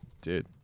dude